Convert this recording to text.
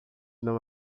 não